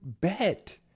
bet